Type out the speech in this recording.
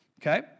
Okay